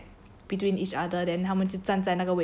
between each other than 他们就站在那个位置 lah